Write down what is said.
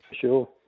sure